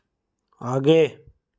आगे